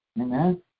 Amen